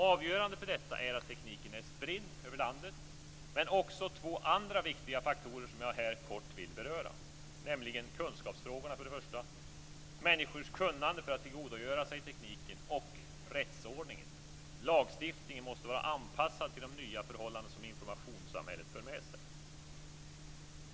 Avgörande för detta är att tekniken är spridd över landet, men det finns också två andra viktiga faktorer som jag här kort vill beröra. Det gäller kunskapsfrågorna och människornas kunnande för att tillgodogöra sig tekniken. Det gäller också rättsordningen och att lagstiftningen måste vara anpassad till de nya förhållanden som informationssamhället för med sig.